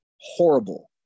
horrible